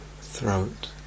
throat